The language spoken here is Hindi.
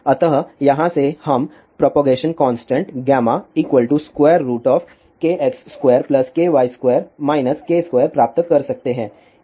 अतः यहाँ से हम प्रोपगेशन कांस्टेंट γkx2ky2 k2 प्राप्त कर सकते हैं